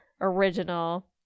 original